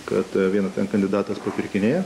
kad vienas kandidatas papirkinėjo